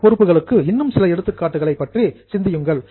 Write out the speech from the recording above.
நடப்பு பொறுப்புகளுக்கு இன்னும் சில எடுத்துக்காட்டுகளை பற்றி சிந்தியுங்கள்